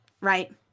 right